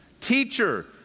Teacher